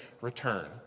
return